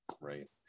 right